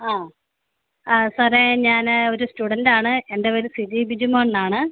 ആ ആ സാറേ ഞാൻ ഒരു സ്റ്റുഡൻറ്റാണ് എൻ്റെ പേര് സിജി ബിജിമോൻന്നാണ്